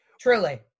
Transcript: Truly